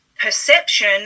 perception